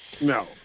No